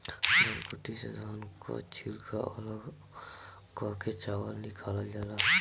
धनकुट्टी से धान कअ छिलका अलग कअ के चावल निकालल जाला